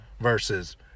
versus